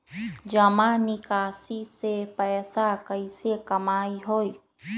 जमा निकासी से पैसा कईसे कमाई होई?